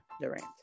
Durant